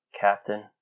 Captain